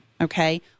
okay